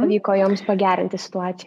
pavyko joms pagerinti situaci